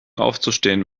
aufzustehen